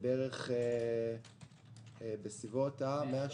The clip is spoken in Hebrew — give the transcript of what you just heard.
137 מיליארד.